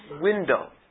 window